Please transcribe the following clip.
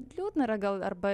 liūdna yra gal arba